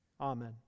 Amen